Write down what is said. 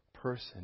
person